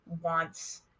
wants